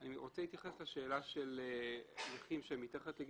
אני רוצה להתייחס לשאלה של נכים שהם מתחת לגיל